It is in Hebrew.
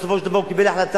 בסופו של דבר הוא קיבל החלטה,